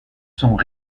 sont